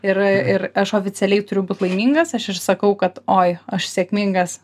ir ir aš oficialiai turiu būt laimingas aš ir sakau kad oi aš sėkmingas